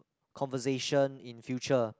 conversation in future